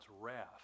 wrath